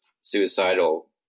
suicidal